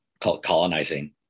colonizing